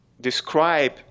describe